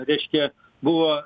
reiškia buvo